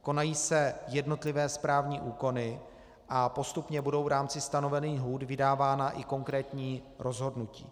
Konají se jednotlivé správní úkony a postupně budou v rámci stanovených lhůt vydávána i konkrétní rozhodnutí.